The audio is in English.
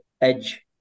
edge